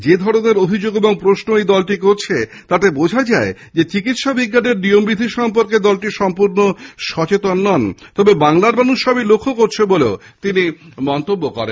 যে ধরণের অভিযোগ ও প্রশ্ন এই দলটি করছে তাতে বোঝা যায় যে চিকিৎসা বিজ্ঞানের নিয়মবিধি সম্পর্কে দলটি সম্পূর্ণ সচেতন নয় তবে বাংলার মানুষ সবই লক্ষ্য করছে বলে তিনি মন্তব্য করেন